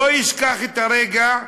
לא אשכח את הרגע,